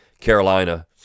Carolina